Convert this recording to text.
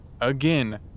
Again